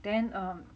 then err